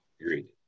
Agreed